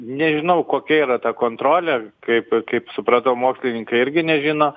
nežinau kokia yra ta kontrolė kaip kaip supratau mokslininkai irgi nežino